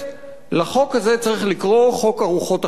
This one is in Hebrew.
לחוק הזה צריך לקרוא חוק ארוחות החינם.